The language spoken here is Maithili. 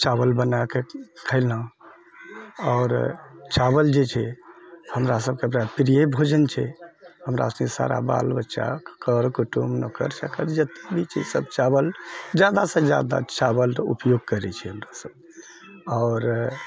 चावल बनाकऽ खेलहुँ आओर चावल जे छै हमरा सबके बड़ा प्रिय भोजन छै हमरा सबके सारा बाल बच्चा कर कुटुम्ब नौकर चाकर जते भी छी सब चावल ज्यादासँ ज्यादा चावलरऽ उपयोग करै छी हमरासब आओर